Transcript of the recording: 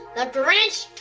the grinch?